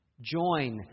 join